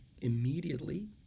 immediately